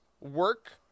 work